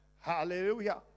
Hallelujah